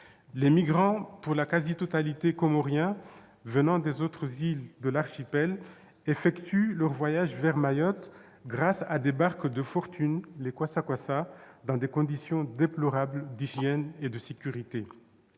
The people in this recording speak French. Les migrants, pour la quasi-totalité Comoriens venant des autres îles de l'archipel, effectuent leur voyage vers Mayotte grâce à des barques de fortune, les kwassa-kwassa, dans des conditions déplorables d'hygiène et de sécurité.